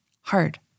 hard